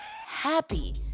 happy